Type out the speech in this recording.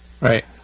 Right